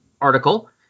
article